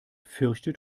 fürchtet